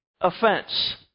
offense